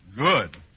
Good